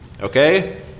Okay